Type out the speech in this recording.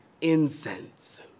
incense